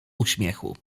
uśmiechu